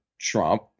Trump